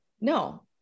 No